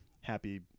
happy